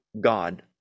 God